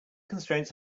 constraints